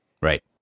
Right